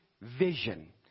vision